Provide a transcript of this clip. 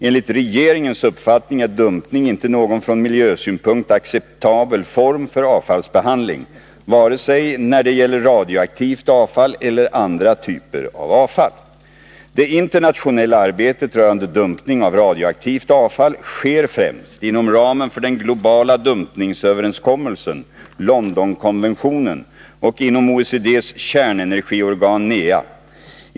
Enligt regeringens uppfattning är dumpning inte någon från miljösynpunkt acceptabel form för avfallsbehandling vare sig det gäller radioaktivt avfall eller andra typer av avfall. Det internationella arbetet rörande dumpning av radioaktivt avfall sker främst inom ramen för den globala dumpningsöverenskommelsen, Londonkonventionen, och inom OECD:s kärnenergiorgan NEA.